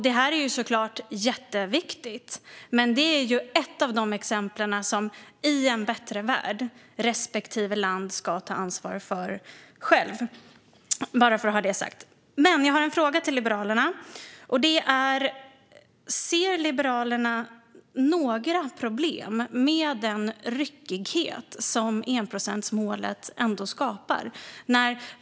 Detta är såklart jätteviktigt, men det är ett av de exempel som respektive land, i en bättre värld, självt ska ta ansvar för. Jag ville bara få det sagt. Jag har en fråga till Liberalerna. Ser Liberalerna några problem med den ryckighet som enprocentsmålet skapar?